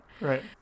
Right